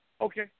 Okay